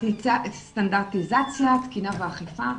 סטנדרטיזציות תקינה ואכיפה.